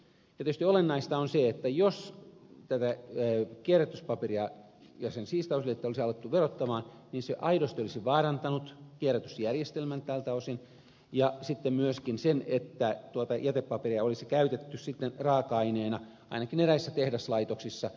tietysti olennaista on se että jos kierrätyspaperia ja sen siistauslietettä olisi alettu verottaa se aidosti olisi vaarantanut kierrätysjärjestelmän tältä osin ja myöskin sen että tuota jätepaperia olisi käytetty sitten raaka aineena ainakin eräissä tehdaslaitoksissa